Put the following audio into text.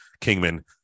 Kingman